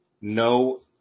no